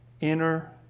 inner